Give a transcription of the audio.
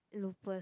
loopers